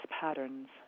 patterns